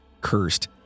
cursed